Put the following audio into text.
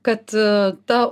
kad ta